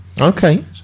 Okay